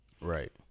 Right